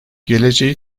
geleceği